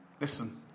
Listen